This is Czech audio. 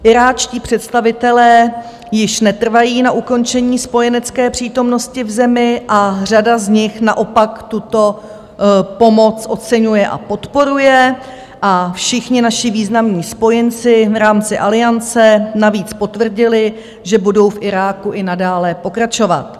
Iráčtí představitelé již netrvají na ukončení spojenecké přítomnosti v zemi a řada z nich naopak tuto pomoc oceňuje a podporuje a všichni naši významní spojenci v rámci Aliance navíc potvrdili, že budou v Iráku i nadále pokračovat.